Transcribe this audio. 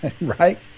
Right